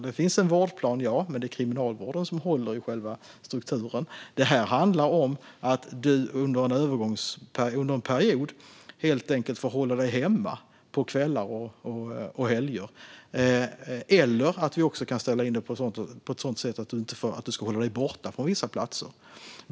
Det finns en vårdplan, men det är kriminalvården som håller i själva strukturen. Här handlar det om att du under en period helt enkelt får hålla dig hemma på kvällar och helger eller att du måste hålla dig borta från vissa platser.